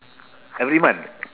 every month